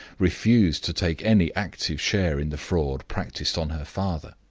refused to take any active share in the fraud practiced on her father.